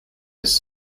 his